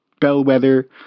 Bellwether